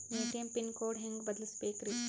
ATM pin code ಹೆಂಗ್ ಬದಲ್ಸ್ಬೇಕ್ರಿ?